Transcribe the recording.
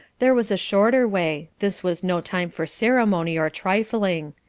there was a shorter way this was no time for ceremony or trifling.